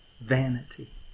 Vanity